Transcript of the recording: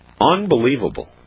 Unbelievable